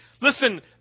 Listen